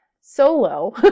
solo